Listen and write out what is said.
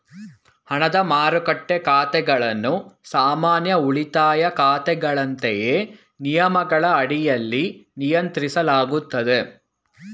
ಹಣದ ಮಾರುಕಟ್ಟೆ ಖಾತೆಗಳನ್ನು ಸಾಮಾನ್ಯ ಉಳಿತಾಯ ಖಾತೆಗಳಂತೆಯೇ ನಿಯಮಗಳ ಅಡಿಯಲ್ಲಿ ನಿಯಂತ್ರಿಸಲಾಗುತ್ತದೆ